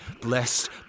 blessed